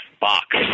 Box